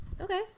Okay